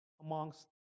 amongst